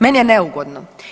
Meni je neugodno.